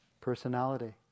personality